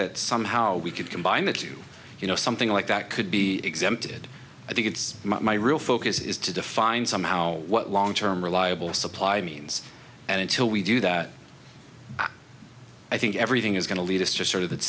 that somehow we could combine the two you know something like that could be exempted i think it's my real focus is to define somehow what long term reliable supply means and until we do that i think everything is going to lead us just sort of that